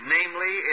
Namely